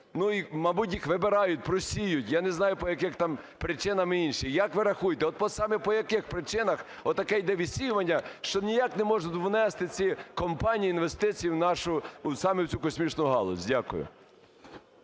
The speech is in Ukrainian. цим, мабуть, їх вибирають, просіюють, не знаю, по яких там причинам і інше. От як ви рахуєте, саме по яких причинах йде таке відсіювання, що ніяк не можуть внести ці компанії інвестиції в нашу, саме в цю космічну галузь? Дякую.